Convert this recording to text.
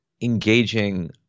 engaging